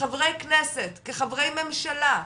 כחברי כנסת, כחברי ממשלה,